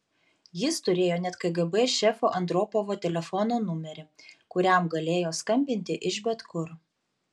jis turėjo net kgb šefo andropovo telefono numerį kuriam galėjo skambinti iš bet kur